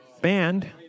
Band